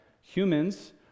Humans